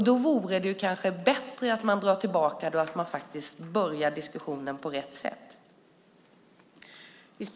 Då vore det kanske bättre att dra tillbaka det och börja diskussionen på rätt sätt.